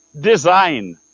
design